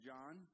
John